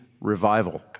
revival